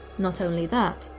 not only that,